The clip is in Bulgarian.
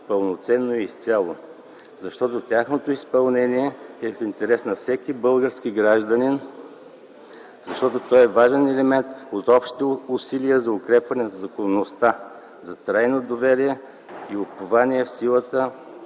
пълноценно и изцяло, защото тяхното изпълнение е в интерес на всеки български гражданин, защото то е важен елемент от общото усилие за укрепване на законността, за трайно доверие и упование в силата